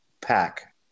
Pack